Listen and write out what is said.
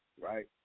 right